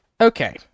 Okay